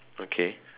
okay